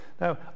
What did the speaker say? Now